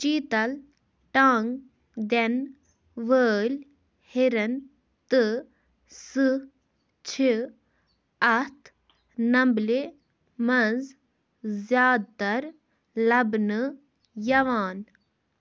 چیٖتَل ٹانٛگ دِنہٕ وٲلۍ ہِرن تہٕ سٕہہ چھِ اَتھ نمبلہِ منٛز زیادٕتر لَبنہٕ یِوان